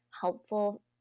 helpful